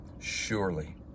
surely